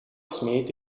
smeet